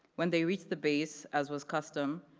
when they reached the base, as was custom,